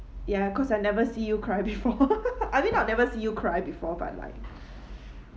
ya cause I never see you cry before I think I have never see you cry before but like